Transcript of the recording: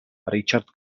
richard